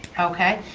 okay,